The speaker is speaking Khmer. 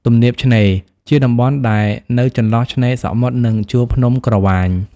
ទំនាបឆ្នេរ ជាតំបន់ដែលនៅចន្លោះឆ្នេរសមុទ្រ និងជួរភ្នំក្រវាញ ។